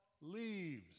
leaves